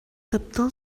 таптал